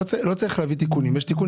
הפתרון